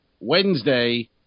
Wednesday